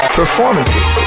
performances